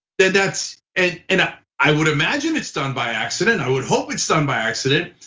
then that's, and and ah i would imagine it's done by accident, i would hope it's done by accident.